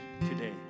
today